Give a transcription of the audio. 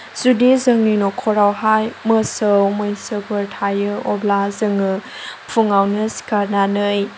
जुदि जोंनि न'खरावहाय मोसौ मैसोफोर थायो अब्ला जोङो फुङावनो सिखारनानै